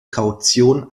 kaution